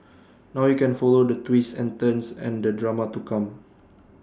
now you can follow the twists and turns and the drama to come